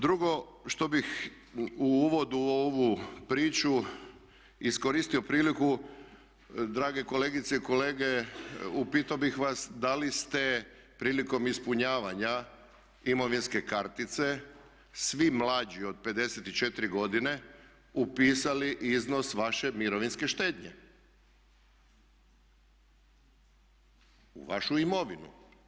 Drugo što bih u uvodu u ovu priču iskoristio priliku drage kolegice i kolege, upitao bih vas da li ste prilikom ispunjavanja imovinske kartice svi mlađi od 54 godine upisali iznos vaše mirovinske štednje, u vašu imovinu.